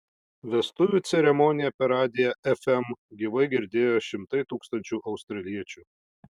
vestuvių ceremoniją per radiją fm gyvai girdėjo šimtai tūkstančių australiečių